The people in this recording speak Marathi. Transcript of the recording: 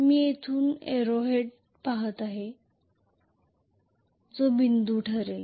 मी येथून एरो हेड पाहत असल्यास ते बिंदू ठरेल